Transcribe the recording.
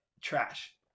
trash